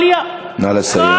נא לסיים.